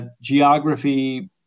geography